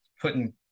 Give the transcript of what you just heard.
putting